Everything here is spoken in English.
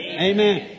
Amen